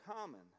common